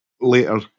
later